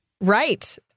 Right